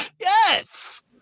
Yes